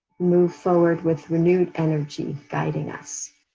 move forward with renewed energy guiding us.